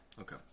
Okay